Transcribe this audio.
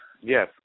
Yes